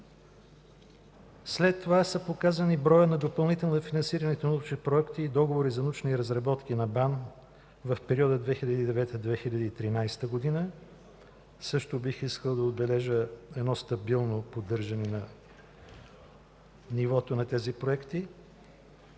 След това е показан броят на допълнително финансираните научни проекти и договори за научни разработки на БАН в периода 2009-2013 г. Също бих искал да отбележа едно стабилно поддържане на нивото на тези проекти.